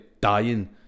dying